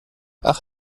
ach